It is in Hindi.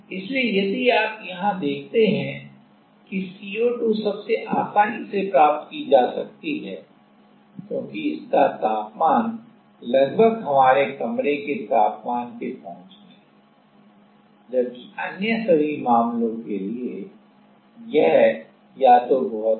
इसलिए यदि आप यहां देखते हैं कि CO2 सबसे आसानी से प्राप्त की जा सकती है क्योंकि इसका तापमान लगभग हमारे कमरे के तापमान के पहुंच में है जबकि अन्य सभी मामलों के लिए यह या तो बहुत अधिक या बहुत कम है